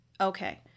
Okay